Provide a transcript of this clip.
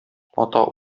ата